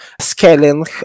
scaling